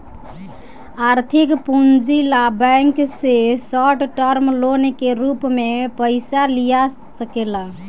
आर्थिक पूंजी ला बैंक से शॉर्ट टर्म लोन के रूप में पयिसा लिया सकेला